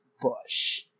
Bush